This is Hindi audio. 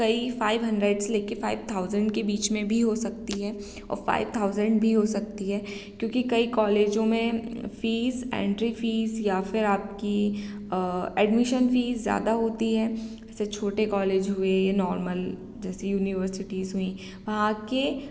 कई फाइव हंड्रेड्स लेकर फाइव थाउजेंड के बीच में भी हो सकती है और फाइव थाउजेंड भी हो सकती है क्योंकि कई कॉलेजों में फीस एंट्री फीस या फ़िर आपकी एडमिशन फी ज़्यादा होती है जैसे छोटे कॉलेज हुए नॉर्मल जैसे यूनिवर्सिटीज़ हुईं के